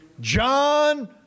John